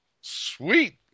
Sweet